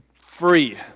free